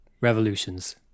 revolutions